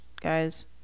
guys